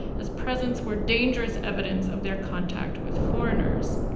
as presents were dangerous evidence of their contact with foreigners.